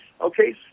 Okay